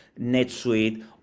NetSuite